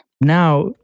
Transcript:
Now